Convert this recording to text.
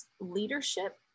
leadership